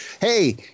hey